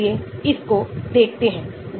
यह केवल anesthetic गतिविधि के लिए लागू होता है